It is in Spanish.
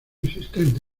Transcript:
existente